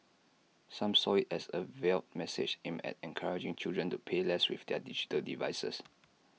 some saw IT as A veiled message aimed at encouraging children to play less with their digital devices